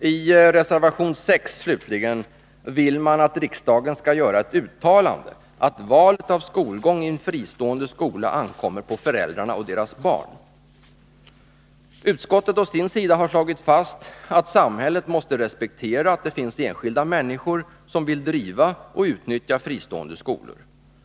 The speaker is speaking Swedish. I reservation 6 slutligen vill man att riksdagen skall göra ett uttalande om att valet av skolgång i en fristående skola ankommer på föräldrarna och deras barn. Utskottet å sin sida har slagit fast att samhället måste respektera att det finns enskilda människor som vill driva och utnyttja fristående skolor.